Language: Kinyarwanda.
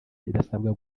rirasabwa